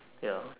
ya